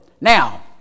now